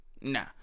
Nah